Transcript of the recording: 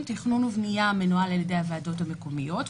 תכנון ובנייה מנוהל על ידי הוועדות המקומיות,